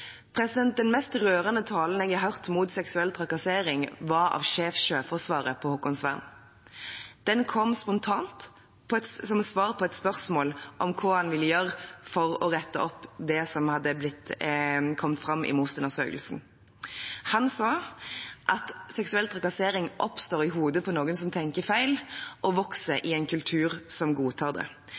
Den mest rørende talen jeg har hørt mot seksuell trakassering, var av Sjef Sjøforsvaret på Haakonsvern. Den kom spontant som svar på et spørsmål om hva han ville gjøre for å rette opp det som hadde kommet fram i MOST-undersøkelsen. Han sa at seksuell trakassering oppstår i hodet på noen som tenker feil, og vokser i en kultur som godtar det.